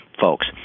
folks